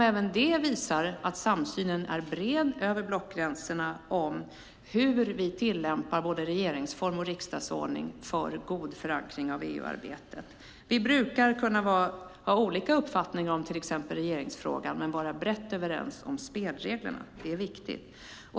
Även detta visar att samsynen är bred över blockgränserna om hur vi tillämpar både regeringsform och riksdagsordning för god förankring av EU-arbetet. Vi brukar kunna ha olika uppfattning om till exempel regeringsfrågan men vara brett överens om spelreglerna. Det är viktigt.